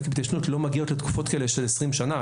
לא מגיעות לתקופות כאלה של 20 שנה,